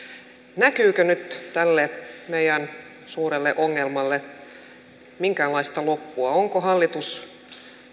näkyykö nyt tälle meidän suurelle ongelmalle minkäänlaista loppua onko hallitus